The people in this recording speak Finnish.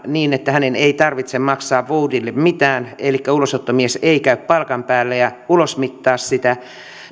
niin hänen ei tarvitse puolen vuoden ajan maksaa voudille mitään elikkä ulosottomies ei käy palkan päälle ja ulosmittaa sitä